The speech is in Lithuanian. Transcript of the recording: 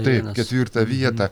taip ketvirtą vietą